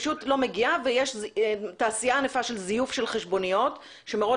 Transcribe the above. ויש תעשיה ענפה של זיוף חשבוניות שמראות